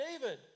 David